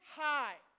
high